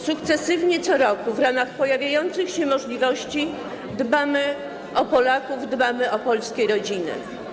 Sukcesywnie, co roku, w ramach pojawiających się możliwości dbamy o Polaków, dbamy o polskie rodziny.